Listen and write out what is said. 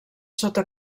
sota